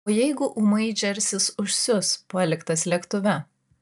o jeigu ūmai džersis užsius paliktas lėktuve